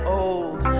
old